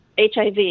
HIV